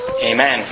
Amen